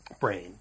brain